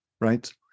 right